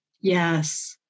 Yes